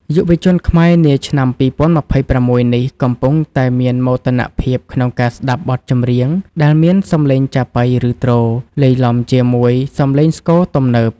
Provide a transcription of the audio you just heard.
យុវជនខ្មែរនាឆ្នាំ ២០២៦ នេះ កំពុងតែមានមោទនភាពក្នុងការស្តាប់បទចម្រៀងដែលមានសំឡេងចាប៉ី ឬទ្រ លាយឡំជាមួយសំឡេងស្គរទំនើប។